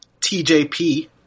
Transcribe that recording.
TJP